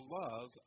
love